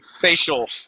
Facial